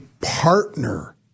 partner